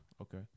Okay